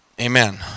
amen